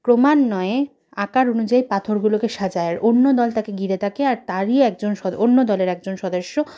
ক্রমান্বয়ে আকার অনুযায়ী পাথরগুলোকে সাজায় আর অন্য দল তাকে ঘিরে থাকে আর তারই একজন অন্য দলের একজন সদস্য